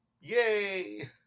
yay